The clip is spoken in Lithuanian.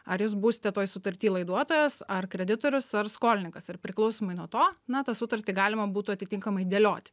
ar jūs būsite toj sutarty laiduotojas ar kreditorius ar skolininkas ir priklausomai nuo to na tą sutartį galima būtų atitinkamai dėlioti